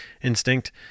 instinct